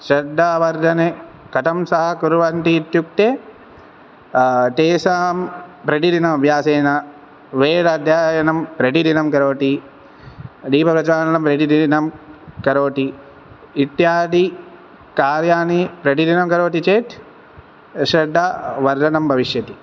श्रद्धावर्धनं कथं सहकुर्वन्ति इत्युक्ते तेषां प्रतिदिन अभ्यासेन वेद अध्ययनं प्रतिदिनं करोति दीपप्रज्वालनं प्रतिदिनं करोति इत्यादि कार्यानि प्रतिदिनं करोति चेत् श्रद्धावर्धनं भविष्यति